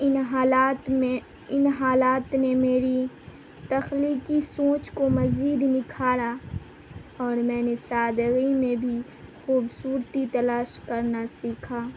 ان حالات میں ان حالات نے میری تخلیقی سوچ کو مزید نکھارا اور میں نے سادگی میں بھی خوبصورتی تلاش کرنا سیکھا